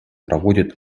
проводит